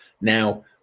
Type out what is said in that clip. Now